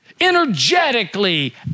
energetically